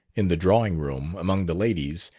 in the drawing-room, among the ladies,